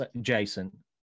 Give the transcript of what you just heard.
Jason